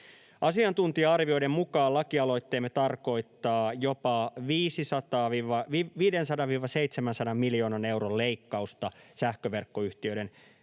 Asiantuntija-arvioiden mukaan lakialoitteemme tarkoittaa jopa 500—700 miljoonan euron leikkausta sähköverkkoyhtiöiden monopolituottoon